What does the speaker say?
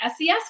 SES